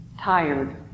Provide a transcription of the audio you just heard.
tired